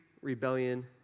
Rebellion